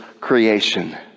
creation